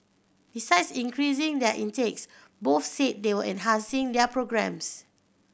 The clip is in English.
besides increasing their intakes both said they were enhancing their programmes